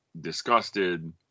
disgusted